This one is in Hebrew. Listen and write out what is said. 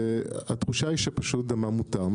התחושה היא שפשוט דמם מותר.